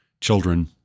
children